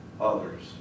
others